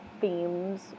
themes